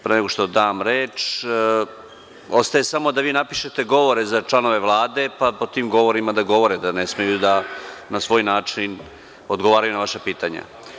Pre nego što dam reč, ostaje samo da vi napišete govore za članove Vlade pa po tim govorima da govore, da ne smeju na svoj način da odgovaraju na vaša pitanja.